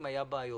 אם היו בעיות.